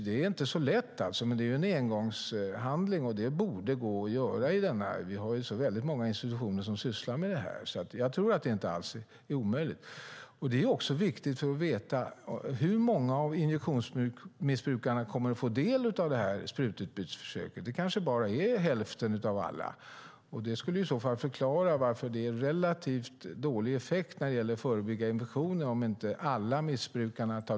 Det är inte så lätt, men det är en engångshandling som borde gå att göra. Vi har ju så väldigt många institutioner som sysslar med det här, så jag tror inte alls att det är omöjligt. Det är också viktigt för att veta hur många av injektionsmissbrukarna som kommer att få del av sprututbytesförsöket. Det kanske bara är hälften av alla. Om inte alla missbrukarna tar del av programmet skulle det i så fall förklara varför det är relativt dålig effekt när det gäller att förebygga infektioner.